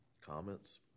comments